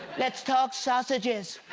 let's talk sausages!